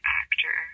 actor